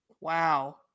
Wow